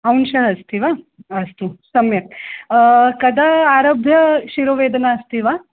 अंशः अस्ति वा अस्तु सम्यक् कदा आरभ्य शिरोवेदना अस्ति वा